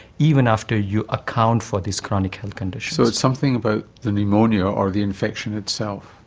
even after you account for these chronic health conditions. so it's something about the pneumonia or the infection itself.